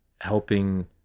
helping